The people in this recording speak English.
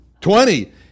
Twenty